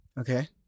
Okay